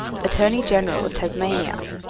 attorney-general of tasmania,